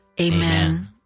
Amen